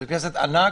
בית כנסת ענק,